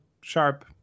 sharp